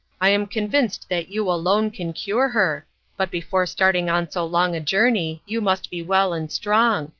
i am convinced that you alone can cure her but before starting on so long a journey you must be well and strong,